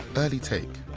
early take.